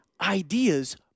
ideas